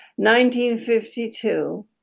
1952